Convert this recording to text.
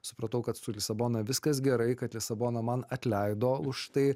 supratau kad su lisabona viskas gerai kad lisabona man atleido už tai